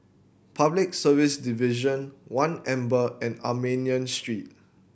Public Service Division One Amber and Armenian Street